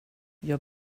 jag